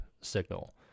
signal